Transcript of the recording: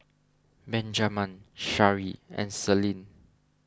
Benjaman Shari and Celine